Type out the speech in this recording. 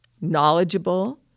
knowledgeable